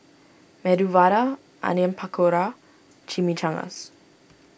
Medu Vada Onion Pakora Chimichangas